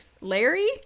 Larry